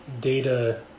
data